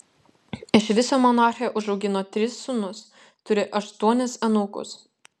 iš viso monarchė užaugino tris sūnus turi aštuonis anūkus